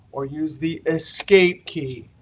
or use the escape key.